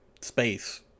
space